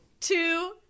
two